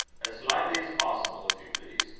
as lightly as possible, if you please.